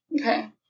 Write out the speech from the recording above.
Okay